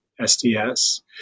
SDS